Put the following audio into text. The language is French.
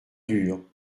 dur